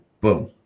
boom